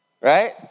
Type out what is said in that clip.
Right